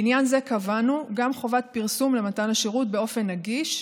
לעניין זה קבענו גם חובת פרסום למתן השירות באופן נגיש,